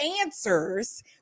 answers